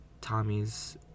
Tommy's